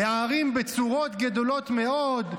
"הערים בצֻרות גדֹלֹת מאוד,